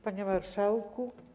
Panie Marszałku!